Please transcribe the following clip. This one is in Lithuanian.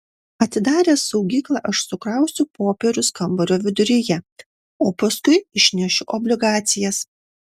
atidaręs saugyklą aš sukrausiu popierius kambario viduryje o paskui išnešiu obligacijas